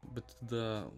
bet tada